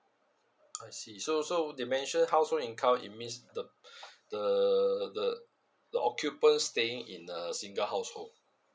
I see so so they mention household income it means the the the the occupant staying in a single household